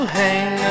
hang